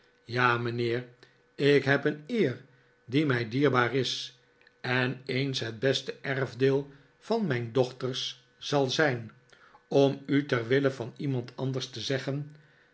ja mijnheer ik heb een eer die mij dierbaar is en eens het beste erfdeel van mijn dochters zal zijn om u ter wille van iemand anders te zeggen